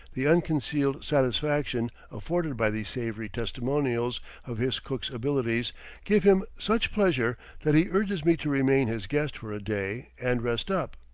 the unconcealed satisfaction afforded by these savory testimonials of his cook's abilities give him such pleasure that he urges me to remain his guest for a day and rest up.